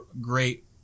great